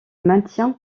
maintien